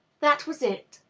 that was it.